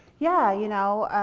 yeah, you know,